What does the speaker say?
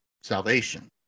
salvation